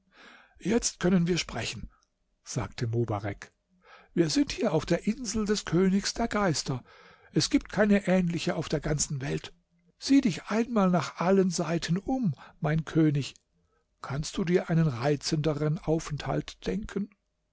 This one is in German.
jetzt können wir sprechen sagte mobarek wir sind hier auf der insel des königs der geister es gibt keine ähnliche auf der ganzen welt sieh dich einmal nach allen seiten um mein könig kannst du dir einen reizenderen aufenthalt denken